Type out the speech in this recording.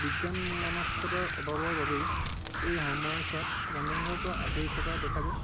বিজ্ঞান মনস্কতাৰ অভাৱৰ বাবেই এই সময়ছোৱাত ৰান্ধনীঘৰৰ পৰা আঁতৰি থকা দেখা যায়